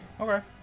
Okay